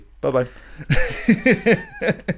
Bye-bye